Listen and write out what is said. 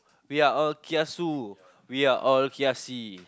we are all kiasu we are all kiasi